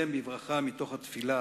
אסיים בברכה מתוך התפילה